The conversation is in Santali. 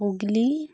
ᱦᱩᱜᱽᱞᱤ